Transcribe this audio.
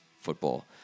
football